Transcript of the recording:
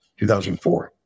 2004